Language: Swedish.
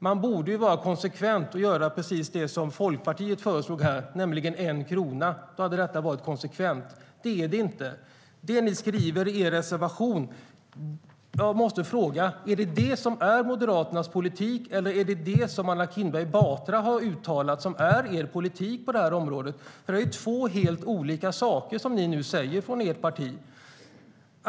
Man borde vara konsekvent och föreslå precis det som Folkpartiet föreslog, nämligen 1 krona. Då hade det varit konsekvent. Nu är det inte det. Jag måste fråga: Är Moderaternas politik på det här området det ni skriver i er reservation eller det Anna Kinberg Batra har uttalat? Det är ju två helt olika saker som ni nu säger från ert parti.